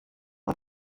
und